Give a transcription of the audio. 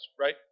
right